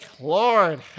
lord